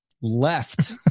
left